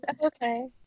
Okay